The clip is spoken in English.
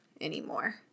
anymore